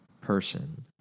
person